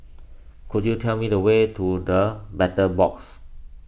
could you tell me the way to the Battle Box